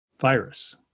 Virus